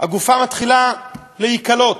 הגופה מתחילה להיכלות?